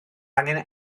angen